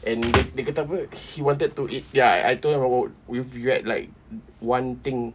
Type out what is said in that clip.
and dia kata apa he wanted to eat ya I told him if we get like one thing